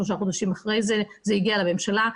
שלושה חודשים אחרי, זה הגיע לממשלה.